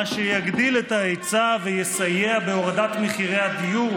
מה שיגדיל את ההיצע ויסייע בהורדת מחירי הדיור".